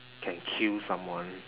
can kill someone